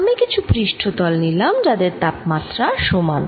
আমি কিছু পৃষ্ঠ তল নিলাম যাদের তাপমাত্রা সমান